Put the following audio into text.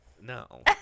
No